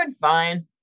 fine